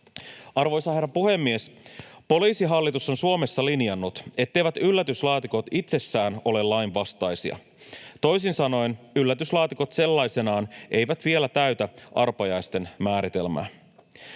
Arvoisa herra puhemies! Poliisihallitus on Suomessa linjannut, etteivät yllätyslaatikot itsessään ole lainvastaisia. Toisin sanoen yllätyslaatikot sellaisenaan eivät vielä täytä arpajaisten määritelmää.